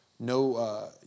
No